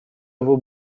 его